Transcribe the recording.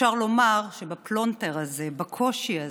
אפשר לומר שבפלונטר הזה, בקושי הזה,